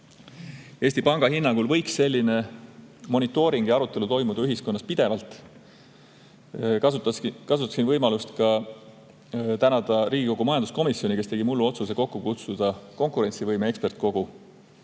Eesti Panga hinnangul võiks selline monitooring ja arutelu toimuda ühiskonnas pidevalt. Kasutan võimalust tänada Riigikogu majanduskomisjoni, kes tegi mullu otsuse kokku kutsuda konkurentsivõime eksperdikogu,